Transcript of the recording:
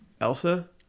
Elsa